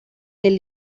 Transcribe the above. del